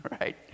Right